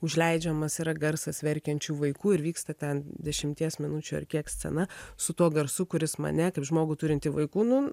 užleidžiamas yra garsas verkiančių vaikų ir vyksta ten dešimties minučių ar kiek scena su tuo garsu kuris mane kaip žmogų turintį vaikų nu